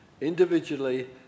individually